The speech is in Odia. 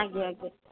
ଆଜ୍ଞା ଆଜ୍ଞା